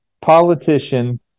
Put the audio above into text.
politician